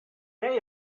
day